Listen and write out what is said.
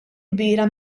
kbira